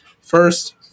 First